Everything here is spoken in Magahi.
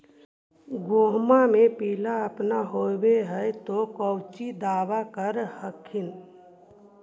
गोहुमा मे पिला अपन होबै ह तो कौची दबा कर हखिन?